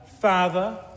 father